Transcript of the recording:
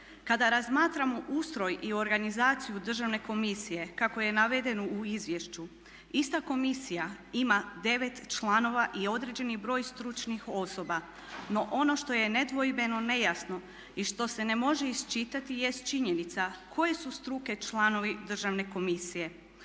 Kada razmatramo ustroj i organizaciju državne komisije kako je navedeno u izvješću ista komisija ima 9 članova i određeni broj stručnih osoba, no ono što je nedvojbeno, nejasno i što se ne može iščitati jeste činjenica koje su struke članovi državne komisije?